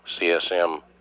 CSM